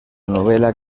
novela